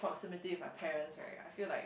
proximity with my parents right I feel like